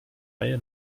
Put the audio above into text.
reihe